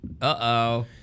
Uh-oh